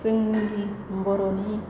जोंनि बर'नि